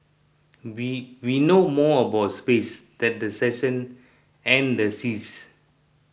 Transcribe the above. we we know more about space than the seasons and the seas